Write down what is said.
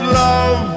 love